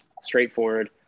straightforward